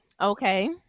okay